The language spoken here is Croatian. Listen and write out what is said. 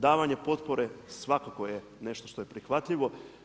Davanje potpore svakako je nešto što je prihvatljivo.